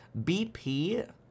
BP